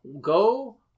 Go